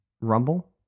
rumble